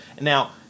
Now